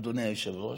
אדוני היושב-ראש,